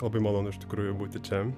labai malonu iš tikrųjų būti čia